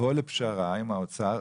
לבוא לפשרה עם האוצר,